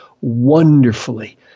wonderfully